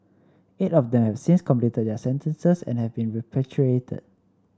eight of them have since completed their sentences and have been repatriated